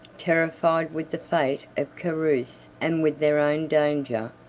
terrified with the fate of carus and with their own danger,